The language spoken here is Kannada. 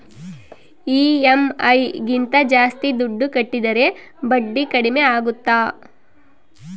ಇ.ಎಮ್.ಐ ಗಿಂತ ಜಾಸ್ತಿ ದುಡ್ಡು ಕಟ್ಟಿದರೆ ಬಡ್ಡಿ ಕಡಿಮೆ ಆಗುತ್ತಾ?